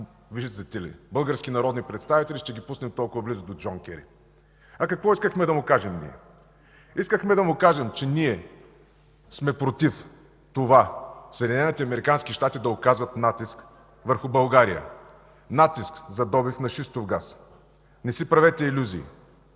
виждате ли, български народни представители ще ги пуснем толкова близо до Джон Кери?! Какво искахме да му кажем ние? Искахме да му кажем, че сме против това Съединените американски щати да оказват натиск върху България, натиск за добив на шистов газ. Не си правете илюзии!